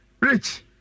Rich